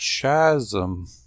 Chasm